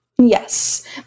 Yes